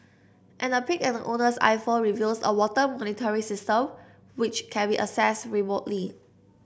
and a peek at the owner's iPhone reveals a water monitoring system which can be accessed remotely